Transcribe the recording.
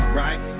right